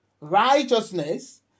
righteousness